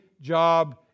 job